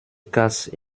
casse